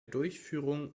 durchführung